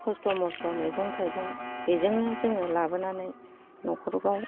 खस्थ' मस्थ' मैगं थाइगं बेजोंनो जोङो लाबोनानै नखराव